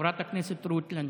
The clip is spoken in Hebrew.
חברת הכנסת רות לנדה.